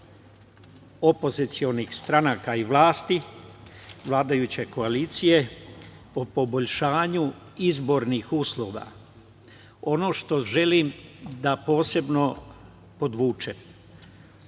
opozicionih stranaka i vlasti vladajuće koalicije o poboljšanju izbornih uslova. Ono što želim da posebno podvučem